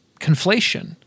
conflation